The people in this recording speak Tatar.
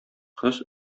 кыз